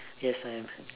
yes I am